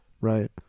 right